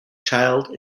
child